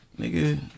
Nigga